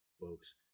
folks